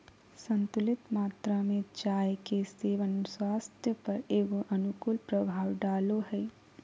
संतुलित मात्रा में चाय के सेवन स्वास्थ्य पर एगो अनुकूल प्रभाव डालो हइ